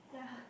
yeah